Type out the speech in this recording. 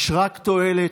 יש רק תועלת.